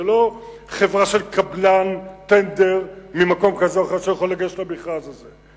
זו לא חברה של קבלן עם טנדר ממקום כזה או אחר שיכול לגשת למכרז הזה.